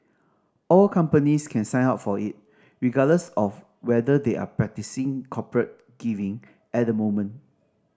all companies can sign up for it regardless of whether they are practising corporate giving at the moment